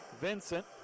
Vincent